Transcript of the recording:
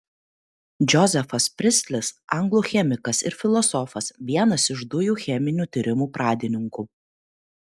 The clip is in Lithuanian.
džozefas pristlis anglų chemikas ir filosofas vienas iš dujų cheminių tyrimų pradininkų